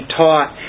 taught